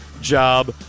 job